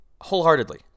Wholeheartedly